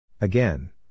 Again